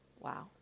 Wow